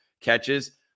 catches